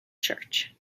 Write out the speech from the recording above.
church